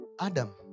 Adam